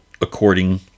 according